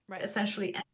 essentially